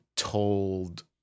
Told